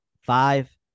five